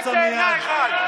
עלה תאנה אחד.